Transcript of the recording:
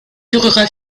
durera